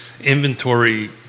Inventory